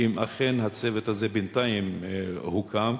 אם אכן הצוות הזה בינתיים הוקם,